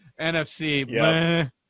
NFC